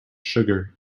sugar